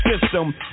system